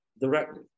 directly